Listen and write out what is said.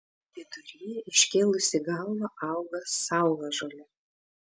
vidury iškėlusi galvą auga saulažolė